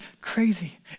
crazy